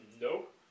nope